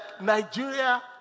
Nigeria